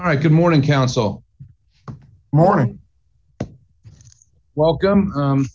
all right good morning counsel morning welcome